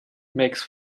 makes